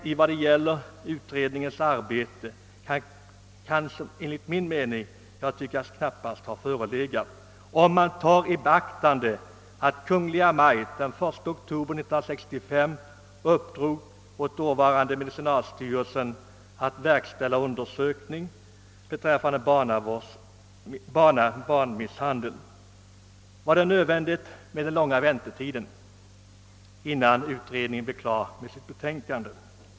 I vad gäller utredningens arbetstakt kan någon snabbhet emellertid enligt min mening knappast ha förekommit, om man beaktar att Kungl. Maj:t den 1 oktober 1965 uppdrog åt dåvarande medicinalstyrelsen att göra en undersökning om barnmisshandeln. Var det nödvändigt med den långa väntetiden till dess utredningen btev klar med sitt betänkande?